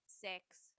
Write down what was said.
six